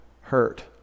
hurt